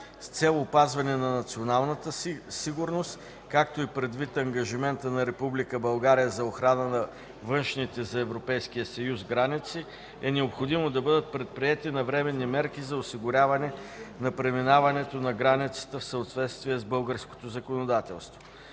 С цел опазването на националната сигурност, както и предвид ангажимента на Република България за охрана на външните за Европейския съюз граници е необходимо да бъдат предприети навременни мерки за осигуряване на преминаването на границата в съответствие с българското законодателство.